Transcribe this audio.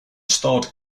starred